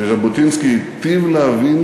שז'בוטינסקי היטיב להבין